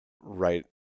right